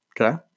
Okay